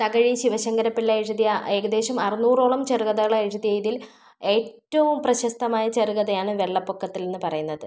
തകഴി ശിവശങ്കരപ്പിള്ള എഴുതിയ ഏകദേശം അറുന്നൂറോളം ചെറുകഥകൾ എഴുതിയതിൽ ഏറ്റവും പ്രശസ്തമായ ചെറുകഥയാണ് വെള്ളപ്പൊക്കത്തിൽ എന്ന് പറയുന്നത്